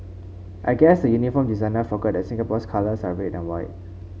I guess the uniform designer forgot that Singapore's colours are red and white